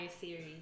series